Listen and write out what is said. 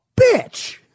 bitch